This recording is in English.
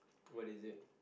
what is it